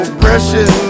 precious